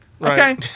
okay